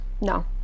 No